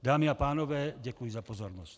Dámy a pánové, děkuji za pozornost.